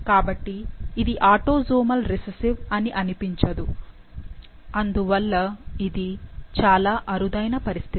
కాబట్టి ఇది autosomal recessive అని అనిపించదు అందువల్ల ఇది చాలా అరుదైన పరిస్థితి